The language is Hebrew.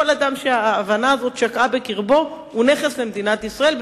כל אדם שההבנה הזאת שקעה בקרבו הוא נכס למדינת ישראל,